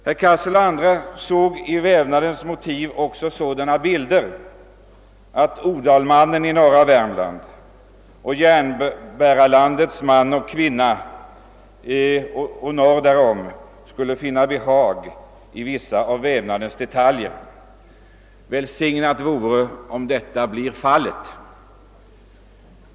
Herr Cassel och andra såg i vävnadens motiv också sådana bilder som att odalmannen i norra Värmland och man och kvinna i Järnbäraland och norr därom skulle finna behag i vissa av vävnadens detaljer. Det vore välsignat om detta blir fallet.